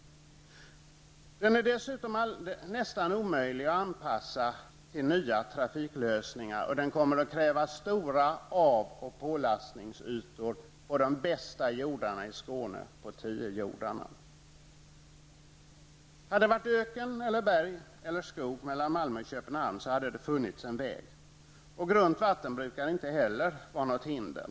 En tunnel är dessutom nästan omöjlig att anpassa till nya trafiklösningar. Den kommer att kräva stora av och pålastningsytor på de bästa jordarna i Hade det varit öken, berg eller skog mellan Malmö och Köpenhamn hade det funnits en väg. Grunt vatten brukar inte heller vara något hinder.